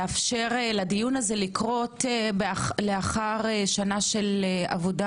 לאפשר לדיון הזה לקרות לאחר שנת עבודה